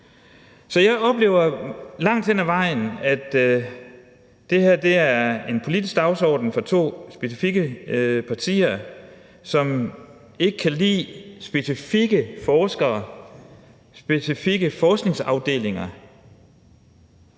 Så jeg oplever langt hen ad vejen, at det her er en politisk dagsorden fra to specifikke partier, som ikke kan lide specifikke forskere, specifikke forskningsafdelinger